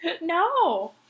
No